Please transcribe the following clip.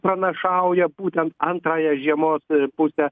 pranašauja būtent antrąją žiemos pusę